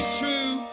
true